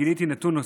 גיליתי נתון נוסף,